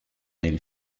del